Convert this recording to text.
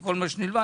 כל מה שנלווה.